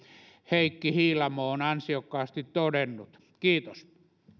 heikki hiilamo on ansiokkaasti todennut kiitos